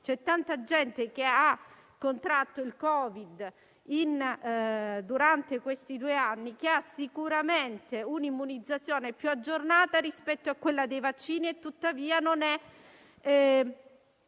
tanta gente che ha contratto il Covid in questi due anni ha sicuramente un'immunizzazione più aggiornata rispetto a quella dei vaccini, e tuttavia non è